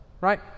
Right